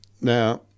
Now